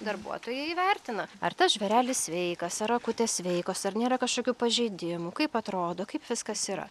darbuotojai įvertina ar tas žvėrelis sveikas ar akutės sveikos ar nėra kažkokių pažeidimų kaip atrodo kaip viskas yra